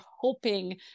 hoping